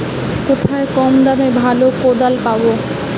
কোথায় কম দামে ভালো কোদাল পাব?